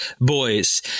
Boys